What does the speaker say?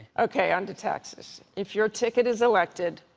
ok, on to taxes. if your ticket is elected,